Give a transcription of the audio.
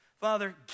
Father